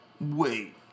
Wait